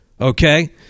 okay